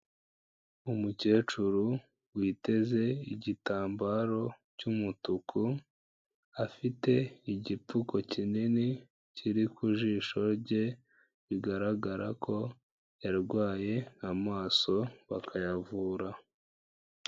Umukecuru witeze igitambaro cy'umutuku, afite igipfuko kinini kiri ku jisho rye, bigaragara ko yarwaye amaso bakayavura.